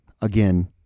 again-